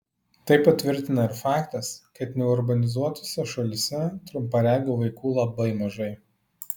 tai patvirtina ir faktas kad neurbanizuotose šalyse trumparegių vaikų labai mažai